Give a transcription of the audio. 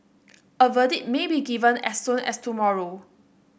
a verdict may be given as soon as tomorrow